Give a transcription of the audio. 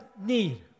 need